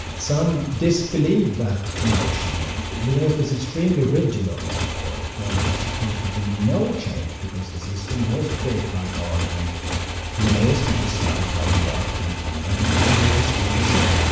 some disbelieved that notion linnaeus was extremely rigid on that point. there was supposed to be no change because the system was created by god and linnaeus had discovered how it worked and and then it should always stay the same,